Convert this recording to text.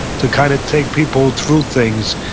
to kind of take people through things,